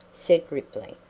said ripley.